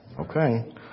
Okay